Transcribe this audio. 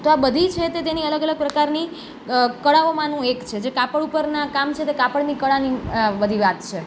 તો આ બધી છે તે તેની અલગ અલગ પ્રકારની કળાઓમાનું એક છે જે કાપડ ઉપરના કામ છે તે કાપની કળાની આ બધી વાત છે